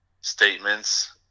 statements